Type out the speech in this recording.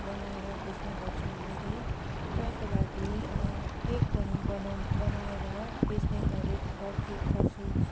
बनाएर बेच्ने गर्छु मैले ट्राइको लागि केक पनि बनाउ बनाएर बेच्ने गरे गर्थे गर्छु